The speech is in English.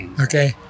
okay